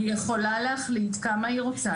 היא יכולה להחליט כמה היא רוצה לקבל.